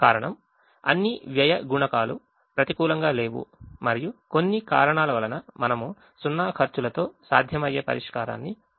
కారణం అన్ని వ్యయ గుణకాలు ప్రతికూలంగా లేవు మరియు కొన్ని కారణాల వలన మనము 0 ఖర్చులతో సాధ్యమయ్యే పరిష్కారాన్ని పొందగలుగుతున్నాము